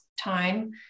time